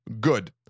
good